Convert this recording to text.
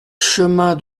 chemin